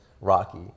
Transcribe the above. Rocky